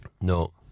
No